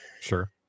sure